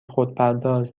خودپرداز